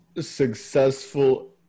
successful